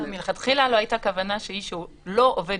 מלכתחילה לא הייתה כוונה שמי שהוא לא עובד